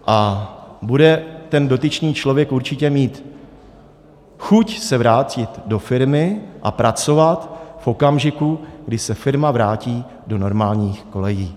A bude ten dotyčný člověk určitě mít chuť se vrátit do firmy a pracovat v okamžiku, kdy se firma vrátí do normálních kolejí.